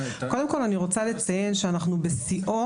קודם כל אני רוצה לציין שאנחנו בשיאו